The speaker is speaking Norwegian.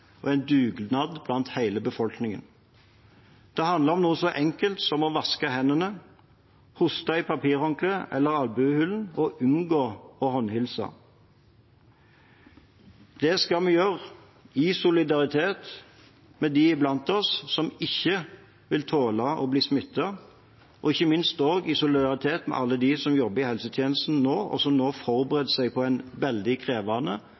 og en dugnad blant hele befolkningen. Det handler om noe så enkelt som å vaske hendene, hoste i papirhåndkle eller albuehulen og unngå å håndhilse. Det skal vi alle gjøre i solidaritet med dem blant oss som ikke vil tåle å bli smittet, og ikke minst i solidaritet med alle dem som jobber i helsetjenesten, og som nå forbereder seg på en veldig krevende